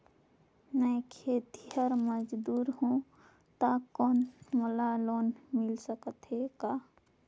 मैं खेतिहर मजदूर हों ता कौन मोला लोन मिल सकत हे का?